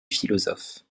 philosophe